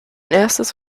erstes